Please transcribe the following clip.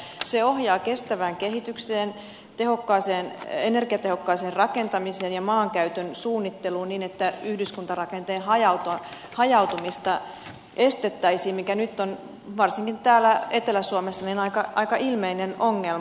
se ohjaa kestävään kehitykseen energiatehokkaaseen rakentamiseen ja maankäytön suunnitteluun niin että yhdyskuntarakenteen hajautumista estettäisiin mikä nyt on varsinkin täällä etelä suomessa aika ilmeinen ongelma